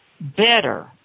better